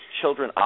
children